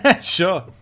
Sure